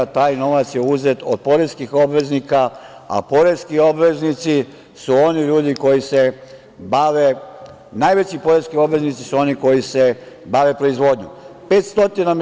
Taj novac je uzet od poreskih obveznika, a poreski obveznici su oni ljudi koji se bave, najveći poreski obveznici su oni koji se bave proizvodnjom.